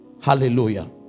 Hallelujah